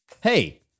Hey